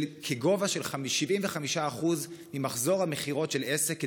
בגובה של 75% ממחזור המכירות של עסק,